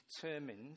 determined